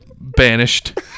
banished